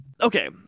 okay